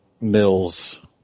Mills